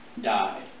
died